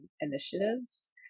initiatives